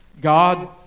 God